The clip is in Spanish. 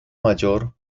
mayor